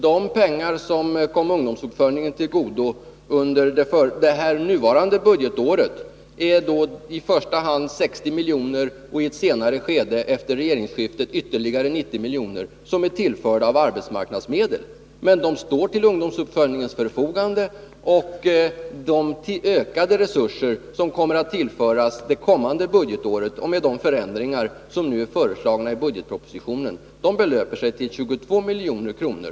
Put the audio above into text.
De pengar som har kommit ungdomsuppföljningen till godo under det nuvarande budgetåret är i första hand 60 milj.kr. och i ett senare skede, efter regeringsskiftet, ytterligare 90 milj.kr. tillförda av arbetsmarknadsmedel. Dessa pengar står alltså till förfogande för ungdomsuppföljningen. De ökade resurser som i och med de föreslagna förändringarna i budgetpropositionen kommer att tillföras nästa budgetår belöper sig till 22 milj.kr.